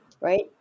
right